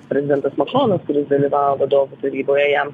prezidentas makronas kuris dalyvavo vadovų taryboje jam